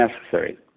necessary